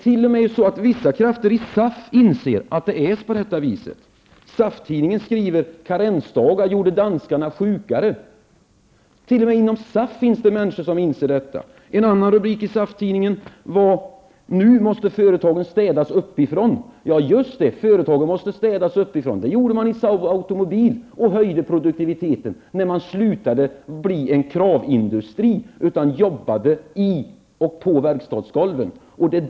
T.o.m. vissa krafter inom SAF inser att det är på det här sättet. I SAF-tidningen skriver man om att karensdagarna gjorde danskarna sjukare. Inom SAF finns t.o.m. människor som inser detta. En annan rubrik i SAF-tidningen är: ''Nu måste företagen städas uppifrån''. Ja, företagen måste städas uppifrån. Det gjorde man i Saab Automobil, och då höjde man produktiviteten. Man slutade vara en kravindustri och jobbade i och på verkstadsgolvet.